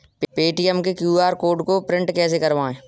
Paytm के QR code को print कैसे करवाएँ?